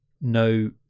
no